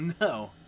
No